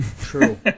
True